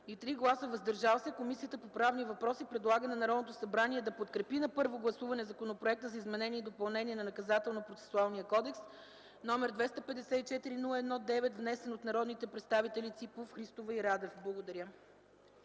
и 3 гласа „въздържали се”, Комисията по правни въпроси предлага на Народното събрание да подкрепи на първо гласуване Законопроект за изменение и допълнение на Наказателно-процесуалния кодекс, № 254-01-9, внесен от народните представители Красимир Ципов, Фани Христова и Емил Радев